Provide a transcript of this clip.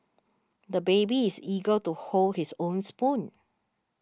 the baby is eager to hold his own spoon